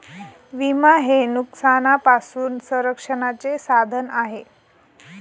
विमा हे नुकसानापासून संरक्षणाचे साधन आहे